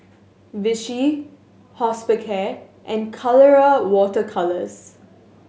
Vichy Hospicare and Colora Water Colours